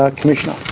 ah commissioner?